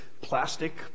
plastic